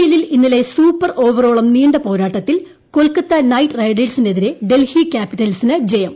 എല്ലിൽ ഇന്നലെ സൂപ്പർ ഓവറോളം നീണ്ട പോരാട്ടത്തിൽ കൊൽക്കത്ത നൈറ്റ് റൈഡേഴ്സിനെതിരെ ഡൽഹി ക്യാപി റ്റൽസിന് ജയം